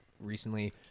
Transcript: recently